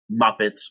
Muppets